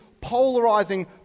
polarizing